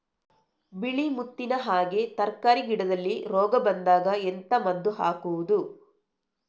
ಬಿಳಿ ಮುತ್ತಿನ ಹಾಗೆ ತರ್ಕಾರಿ ಗಿಡದಲ್ಲಿ ರೋಗ ಬಂದಾಗ ಎಂತ ಮದ್ದು ಹಾಕುವುದು?